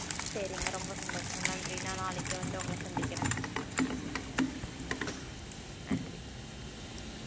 சரிங்க ரொம்ப சந்தோஷம் நன்றி நான் நாளைக்கு வந்து உங்களை சந்திக்கிறேன் நன்றி